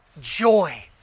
joy